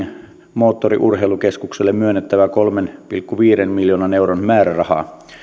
moottoriurheilukeskukselle myönnettävää kolmen pilkku viiden miljoonan euron määrärahaa